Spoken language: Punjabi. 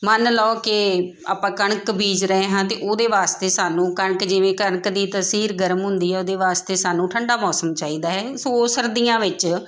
ਮੰਨ ਲਓ ਕਿ ਆਪਾਂ ਕਣਕ ਬੀਜ ਰਹੇ ਹਾਂ ਤਾਂ ਉਹਦੇ ਵਾਸਤੇ ਸਾਨੂੰ ਕਣਕ ਜਿਵੇਂ ਕਣਕ ਦੀ ਤਸੀਰ ਗਰਮ ਹੁੰਦੀ ਹੈ ਉਹਦੇ ਵਾਸਤੇ ਸਾਨੂੰ ਠੰਡਾ ਮੌਸਮ ਚਾਹੀਦਾ ਹੈ ਸੋ ਉਹ ਸਰਦੀਆਂ ਵਿੱਚ